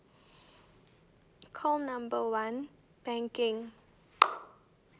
call number one banking